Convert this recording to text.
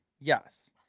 Yes